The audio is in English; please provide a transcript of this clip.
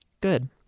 Good